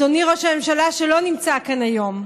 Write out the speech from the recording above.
אדוני ראש הממשלה, שלא נמצא כאן היום,